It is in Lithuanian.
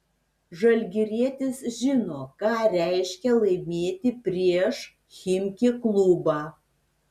žalgirietis žino ką reiškia laimėti prieš chimki klubą